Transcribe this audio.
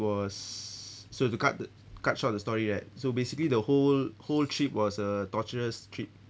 was so to cut uh cut short the story right so basically the whole whole trip was a torturous trip